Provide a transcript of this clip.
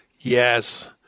yes